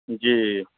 जी